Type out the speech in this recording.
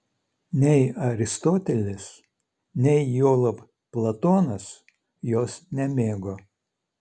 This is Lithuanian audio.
nei aristotelis nei juolab platonas jos nemėgo